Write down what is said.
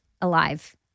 alive